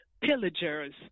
pillager's